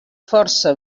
força